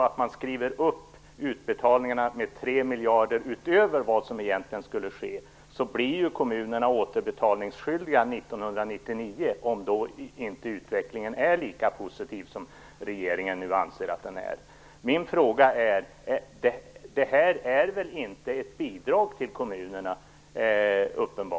Om man skriver upp utbetalningarna med 3 miljarder utöver vad som egentligen skulle ske blir ju kommunerna återbetalningsskyldiga 1999, om utvecklingen då inte är lika positiv som regeringen nu anser att den är. Det här är uppenbarligen inte ett bidrag till kommunerna.